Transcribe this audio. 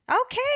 Okay